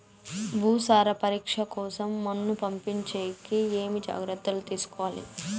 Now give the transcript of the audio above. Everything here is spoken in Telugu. భూసార పరీక్ష కోసం మన్ను పంపించేకి ఏమి జాగ్రత్తలు తీసుకోవాలి?